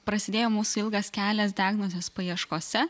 prasidėjo mūsų ilgas kelias diagnozės paieškose